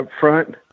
upfront